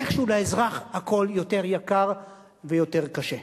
איכשהו לאזרח הכול יותר יקר ויותר קשה.